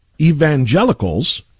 evangelicals